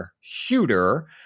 shooter